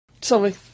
Sorry